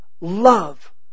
love